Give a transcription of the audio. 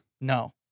No